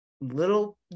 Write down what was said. little